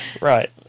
Right